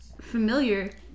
familiar